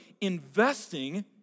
investing